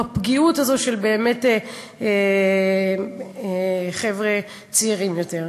בפגיעות הזאת של חבר'ה צעירים יותר.